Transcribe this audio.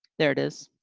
there it is.